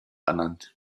ernannt